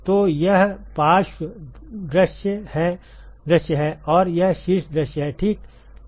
तो यह पार्श्व दृश्य है और यह शीर्ष दृश्य है ठीक है